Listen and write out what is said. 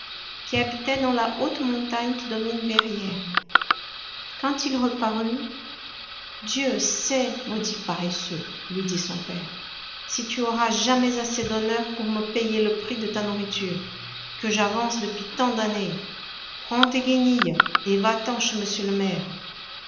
qui habitait dans la haute montagne qui domine verrières quand il reparut dieu sait maudit paresseux lui dit son père si tu auras jamais assez d'honneur pour me payer le prix de ta nourriture que j'avance depuis tant d'années prends tes guenilles et va-t'en chez m le maire